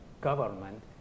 government